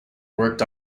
worked